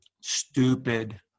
stupid